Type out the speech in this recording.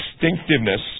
distinctiveness